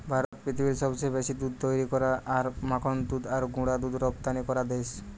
ভারত পৃথিবীর সবচেয়ে বেশি দুধ তৈরী করা আর মাখন দুধ আর গুঁড়া দুধ রপ্তানি করা দেশ